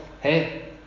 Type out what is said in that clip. hey